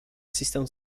system